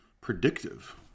predictive